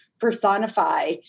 personify